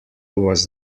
was